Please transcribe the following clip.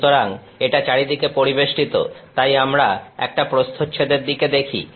সুতরাং এটা চারিদিকে পরিবেষ্টিত তাই আমরা একটা প্রস্থচ্ছেদের দিকে দেখছি